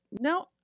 No